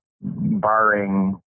barring